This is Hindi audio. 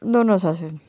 दोनों ससुर